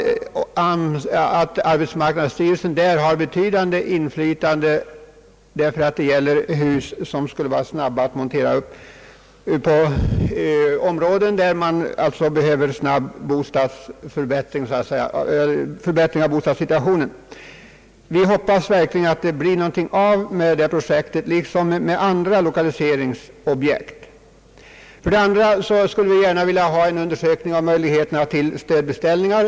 Detta borde vara av stort intresse för arbetsmarknadsstyrelsen därför att det gäller hus, som skulle gå att snabbt montera upp på orter där man behöver en snar förbättring av bostadssituationen. Vi hoppas verkligen att det blir någonting av med detta projekt, liksom med andra lokaliseringsprojekt. För det andra skulle vi gärna vilja ha en undersökning om möjligheterna till stödbeställningar.